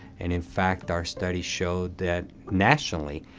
and in fact, our study showed that, nationally,